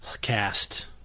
Cast